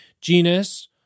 Genus